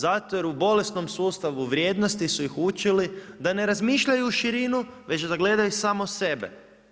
Zato jer u bolesnom sustavu vrijednosti su ih učili da ne razmišljaju u širinu već da gledaju samo sebe.